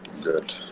Good